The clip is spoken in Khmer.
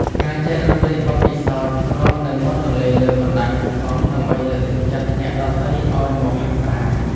ការចែករំលែកបទពិសោធន៍រត់នៅមាត់ទន្លេលើបណ្ដាញសង្គម ដើម្បីលើកទឹកចិត្តអ្នកដទៃឱ្យមកហាត់ប្រាណ។